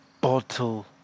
Bottle